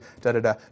da-da-da